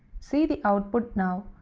see the output now,